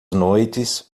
noites